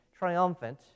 triumphant